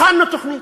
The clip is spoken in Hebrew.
הכנו תוכנית,